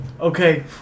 Okay